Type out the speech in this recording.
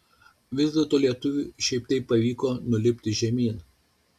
vis dėlto lietuviui šiaip taip pavyko nulipti žemyn